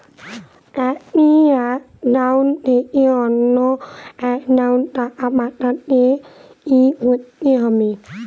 একটি একাউন্ট থেকে অন্য একাউন্টে টাকা পাঠাতে কি করতে হবে?